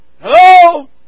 Hello